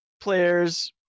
players